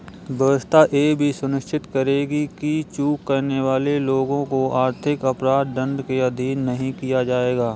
व्यवस्था यह भी सुनिश्चित करेगी कि चूक करने वाले लोगों को आर्थिक अपराध दंड के अधीन नहीं किया जाएगा